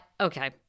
Okay